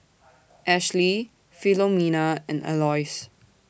Ashlie Filomena and Aloys